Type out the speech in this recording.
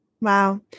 Wow